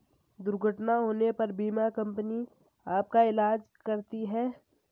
दुर्घटना होने पर बीमा कंपनी आपका ईलाज कराती है